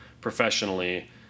professionally